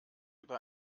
über